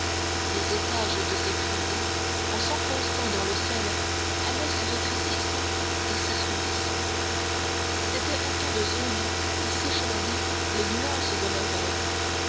les étages de ces prisons en s'enfonçant dans le sol allaient se rétrécissant et s'assombrissant c'étaient autant de zones où s'échelonnaient les nuances de